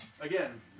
Again